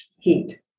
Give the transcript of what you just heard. heat